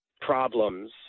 problems